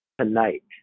Tonight